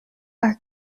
are